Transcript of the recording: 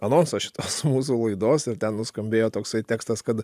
anonsą šitos mūsų laidos ir ten nuskambėjo toksai tekstas kad